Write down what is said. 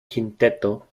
quinteto